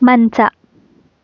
ಮಂಚ